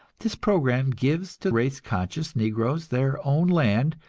this program gives to race-conscious negroes their own land,